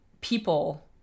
people